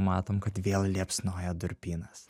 matom kad vėl liepsnoja durpynas